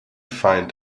find